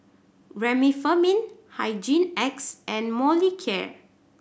Remifemin Hygin X and Molicare